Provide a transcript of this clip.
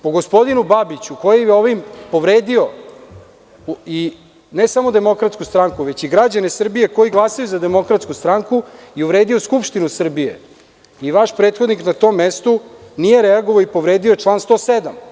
Po gospodinu Babiću, koji je ovim povredio ne samo DS, već i građane Srbije koji glasaju za DS i uvredio Skupštinu Srbije i vaš prethodnik na tom mestu nije reagovao i povredio je član 107.